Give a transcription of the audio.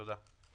תודה.